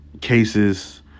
Cases